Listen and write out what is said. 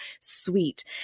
sweet